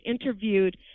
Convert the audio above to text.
interviewed